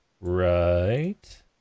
right